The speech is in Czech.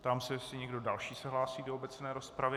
Ptám se, kdo další se hlásí do obecné rozpravy.